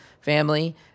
family